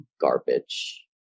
garbage